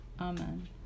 Amen